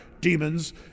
demons